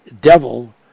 devil